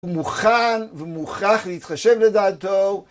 הוא מוכן ומוכרח להתחשב בדעתו.